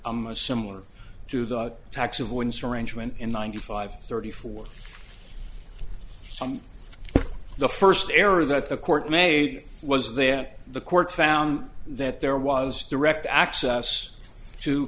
i'm a similar to the tax avoidance arrangement in ninety five thirty four some the first error that the court made was then the court found that there was direct access to